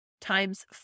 times